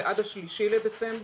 זה עד ה-3 בדצמבר,